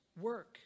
work